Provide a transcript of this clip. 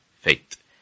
faith